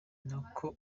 nako